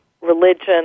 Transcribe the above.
religion